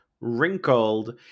wrinkled